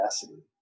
capacity